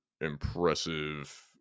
impressive